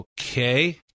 Okay